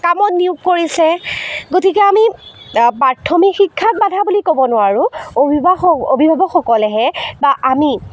কামত নিয়োগ কৰিছে গতিকে আমি প্ৰাথমিক শিক্ষাক বাধা বুলি ক'ব নোৱাৰো অবি অভিভাৱকসকলেহে বা আমি